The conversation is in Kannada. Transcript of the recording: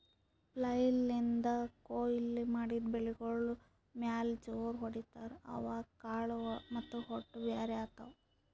ಫ್ಲೆಯ್ಲ್ ನಿಂದ್ ಕೊಯ್ಲಿ ಮಾಡಿದ್ ಬೆಳಿಗೋಳ್ ಮ್ಯಾಲ್ ಜೋರ್ ಹೊಡಿತಾರ್, ಅವಾಗ್ ಕಾಳ್ ಮತ್ತ್ ಹೊಟ್ಟ ಬ್ಯಾರ್ ಆತವ್